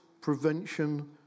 prevention